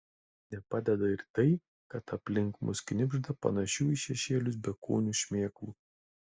nepadeda ir tai kad aplink mus knibžda panašių į šešėlius bekūnių šmėklų